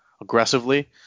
aggressively